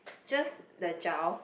just the gel